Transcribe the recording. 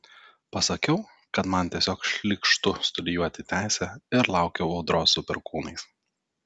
pasakiau kad man tiesiog šlykštu studijuoti teisę ir laukiau audros su perkūnais